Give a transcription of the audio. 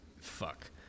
Fuck